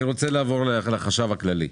אני רוצה לעבור לחשב הכללי.